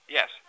Yes